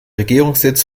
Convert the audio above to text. regierungssitz